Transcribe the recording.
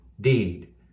deed